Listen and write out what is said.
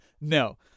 No